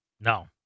No